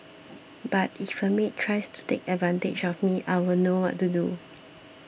but if a maid tries to take advantage of me I'll know what to do